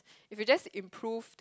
if you just improved